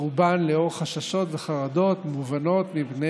רובן לאור חששות וחרדות מובנים מפני